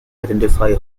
identify